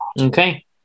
Okay